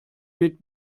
mit